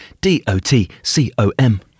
D-O-T-C-O-M